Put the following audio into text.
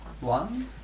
One